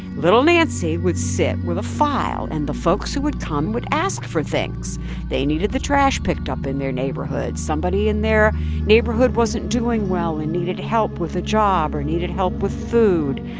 little nancy would sit with a file, and the folks who would come would ask for things they needed the trash picked up in their neighborhood, somebody in their neighborhood wasn't doing well and needed help with a job or needed help with food.